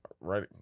right